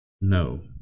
No